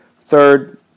third